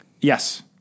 Yes